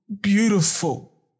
beautiful